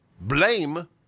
blame